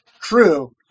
crew